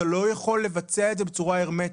אתה לא יכול לבצע את זה בצורה הרמטית.